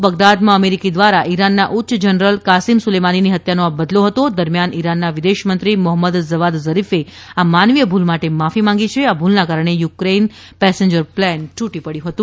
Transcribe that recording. બગદાદમાં America દ્વારા ઇરાનના ઉચ્ય જનરલ કાસિમ સુલેમની ની હત્યાનો આ બદલો હતો દરમ્યાન ઇરાનના વિદેશમંત્રી મોહમ્મદ જવાદજરીફે આ માનવીય ભૂલ માટે માફી માગી છે આ ભૂલના કારણે યુક્રેઇન પેસેજર પ્લેન તુટી પડ્યુ હતુ